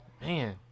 Man